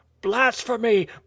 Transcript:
blasphemy